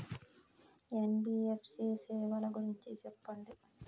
NBFC సేవల గురించి సెప్పండి?